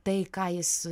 tai ką jis